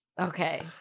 Okay